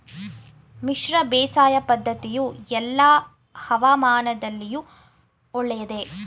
ಮಿಶ್ರ ಬೇಸಾಯ ಪದ್ದತಿಯು ಎಲ್ಲಾ ಹವಾಮಾನದಲ್ಲಿಯೂ ಒಳ್ಳೆಯದೇ?